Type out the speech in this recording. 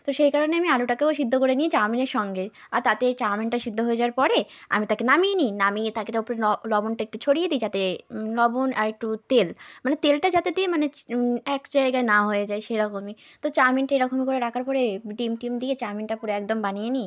তো সেই কারণে আমি আলুটাকেও সেদ্ধ করে নিই চাউমিনের সঙ্গে আর তাতে চাউমিনটা সেদ্ধ হয়ে যাওয়ার পরে আমি তাকে নামিয়ে নিই নামিয়ে তাকে তার ওপরে লবণটা একটু ছড়িয়ে দিই যাতে লবণ আর একটু তেল মানে তেলটা যাতে দিই মানে এক জায়গায় না হয়ে যায় সেরকমই তো চাউমিনটা এরকম করে রাখার পরে ডিম টিম দিয়ে চাউমিনটা পুরো একদম বানিয়ে নিই